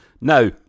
Now